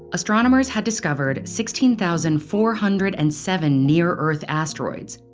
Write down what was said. astronomers had discovered sixteen thousand four hundred and seven near-earth asteroids,